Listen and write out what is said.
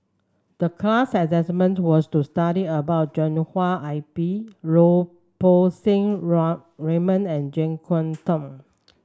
the class assignment was to study about Joshua I P Lau Poo Seng Raymond and JeK Yeun Thong